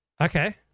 Okay